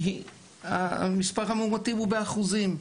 כי מספר המאומתים הוא באחוזים.